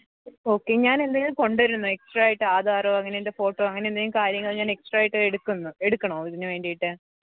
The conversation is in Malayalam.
ഓക്കെ ഞാൻ എന്തെങ്കിലും കൊണ്ടുവരാണോ എക്സ്ട്രാ ആയിട്ട് ആധാറോ അങ്ങനെ എന്റെ ഫോട്ടോ അങ്ങനെ എന്തെങ്കിലും കാര്യങ്ങൾ ഞാന് എക്സ്ട്ര ആയിട്ട് എടുക്കണോ ഇതിന് വേണ്ടിയിട്ട്